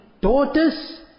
daughters